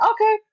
okay